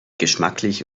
geschmacklich